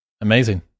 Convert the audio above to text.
Amazing